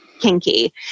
kinky